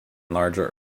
larger